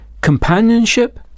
companionship